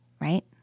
Right